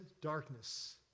darkness